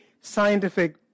scientific